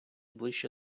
ближче